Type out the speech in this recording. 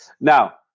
now